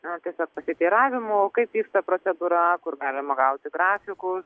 gal tiesiog pasiteiravimų kaip vyksta procedūra kur galima gauti grafikus